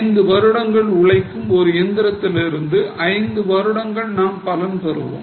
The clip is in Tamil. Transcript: ஐந்து வருடங்கள் உழைக்கும் ஒரு இயந்திரத்திலிருந்து ஐந்து வருடங்கள் நாம் பலன் பெறுவோம்